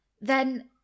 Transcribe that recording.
Then